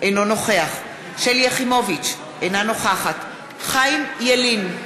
אינו נוכח שלי יחימוביץ, אינה נוכחת חיים ילין,